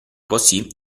così